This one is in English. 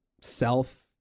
self